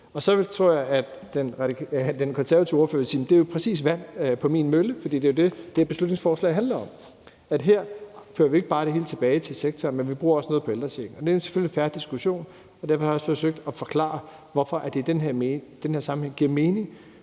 Så tror jeg, at den konservative ordfører vil sige, at det jo præcis er vand på min mølle, for det er det, det her beslutningsforslag handler om, nemlig at her fører vi ikke bare det hele tilbage til sektoren, men bruger også noget på ældrechecken. Det er selvfølgelig en fair diskussion, og derfor har jeg også forsøgt at forklare, hvorfor det i den her sammenhæng giver mening,